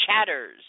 chatters